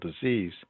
disease